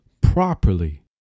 properly